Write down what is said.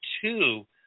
two